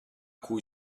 cui